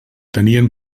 tenien